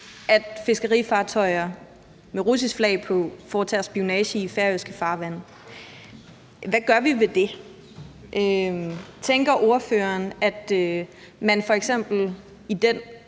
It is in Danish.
at fiskerifartøjer med russisk flag på foretager spionage i færøske farvande. Hvad gør vi ved det? Tænker ordføreren, at man f.eks. i den